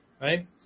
right